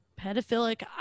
pedophilic